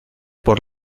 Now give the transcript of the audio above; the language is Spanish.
por